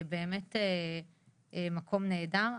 זה באמת, מקום נהדר.